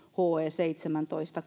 seitsemäntoista